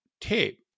tape